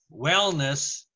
wellness